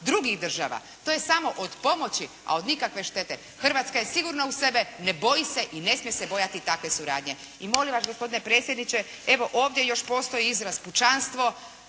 drugih država. To je samo od pomoći a od nikakve štete. Hrvatska je sigurna u sebe, ne boji se i ne smije se bojati takve suradnje. I molim vas gospodine Predsjedniče, evo ovdje još postoji izraz pučanstvo,